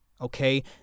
Okay